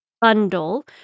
bundle